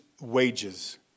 wages